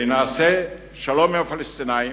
ונעשה שלום עם הפלסטינים,